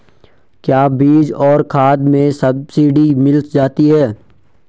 क्या बीज और खाद में सब्सिडी मिल जाती है?